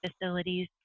facilities